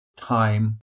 time